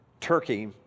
Turkey